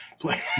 play